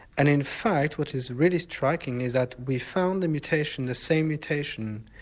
and in fact, what is really striking, is that we found a mutation, the same mutation,